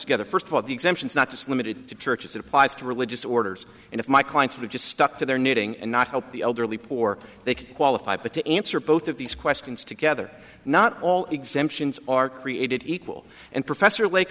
together first of all the exemptions not just limited to church as it applies to religious orders and if my clients were just stuck to their knitting and not help the elderly poor they could qualify but to answer both of these questions together not all exemptions are created equal and professor la